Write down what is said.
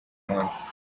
munsi